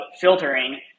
filtering